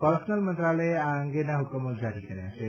personal મંત્રાલયે આ અંગેના હુકમો જારી કર્યા છે